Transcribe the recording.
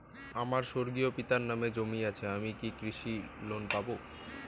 আমার স্বর্গীয় পিতার নামে জমি আছে আমি কি কৃষি লোন পাব?